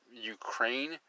Ukraine